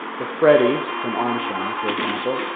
the frettys from armstrong, for example,